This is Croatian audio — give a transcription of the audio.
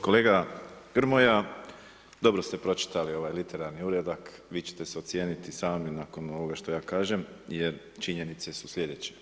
Kolega Grmoja, dobro ste pročitali ovaj literarni uradak, vi ćete se ocijeniti sami nakon ovoga što ja kažem jer činjenice su slijedeće.